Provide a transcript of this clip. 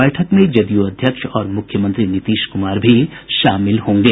बैठक में जदयू अध्यक्ष और मुख्यमंत्री नीतीश कुमार भी शामिल होंगे